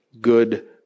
good